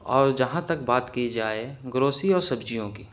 اور جہاں تک بات کی جائے گروسیری اور سبزیوں کی